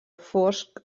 fosc